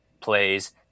plays